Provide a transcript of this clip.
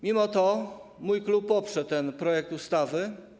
Mimo to mój klub poprze ten projekt ustawy.